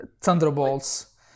thunderbolts